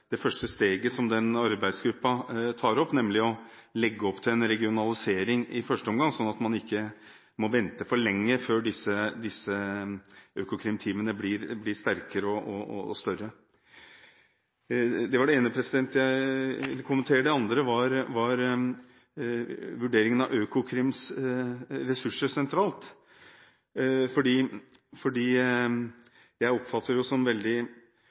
det første steget som denne arbeidsgruppa tar opp, nemlig å legge opp til en regionalisering i første omgang, slik at man ikke må vente for lenge før disse økokrimteamene blir sterkere og større? Det var det ene jeg ville kommentere. Det andre gjelder vurderingen av Økokrims ressurser sentralt. Jeg oppfatter det som veldig